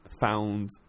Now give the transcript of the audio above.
found